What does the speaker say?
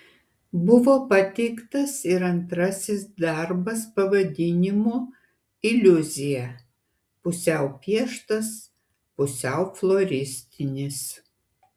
buvo pateiktas ir antrasis darbas pavadinimu iliuzija pusiau pieštas pusiau floristinis